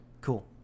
cool